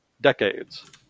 decades